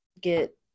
get